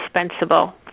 indispensable